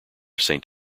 saint